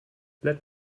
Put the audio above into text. let